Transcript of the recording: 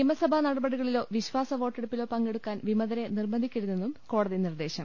നിയമസഭാ നടപടികളിലോ വിശ്വാസവോ ട്ടെടുപ്പിലോ പങ്കെടുക്കാൻ വിമതരെ നിർബന്ധി ക്കരുതെന്നും കോടതി നിർദേശം